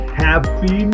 happy